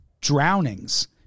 drownings